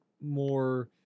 more